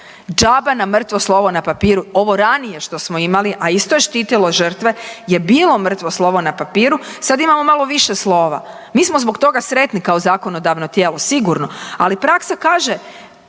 džaba nam mrtvo slovo na papiru ovo ranije što smo imali, a isto je štitilo žrtve je bilo mrtvo slovo na papiru. Sad imamo malo više slova, mi smo zbog toga sretni kao zakonodavno tijelo sigurno, ali praksa kaže